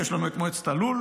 ויש לנו את מועצת הלול,